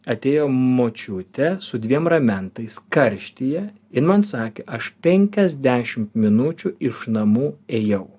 atėjo močiutė su dviem ramentais karštyje jin man sakė aš penkiasdešimt minučių iš namų ėjau